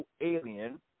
alien